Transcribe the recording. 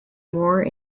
more